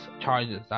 charges